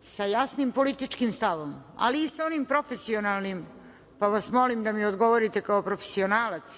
sa jasnim političkim stavom, ali i sa onim profesionalnim, pa vas molim da mi odgovorite kao profesionalac,